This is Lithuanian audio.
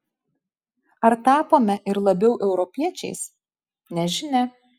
ar tapome ir labiau europiečiais nežinia